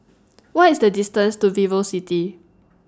What IS The distance to Vivocity